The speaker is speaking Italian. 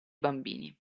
bambini